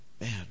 Man